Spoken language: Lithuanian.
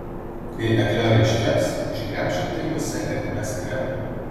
kai eklerai iškeps išgremžkite juose ertmes kremui